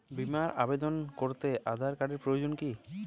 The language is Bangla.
বিমার আবেদন করতে আধার কার্ডের প্রয়োজন কি?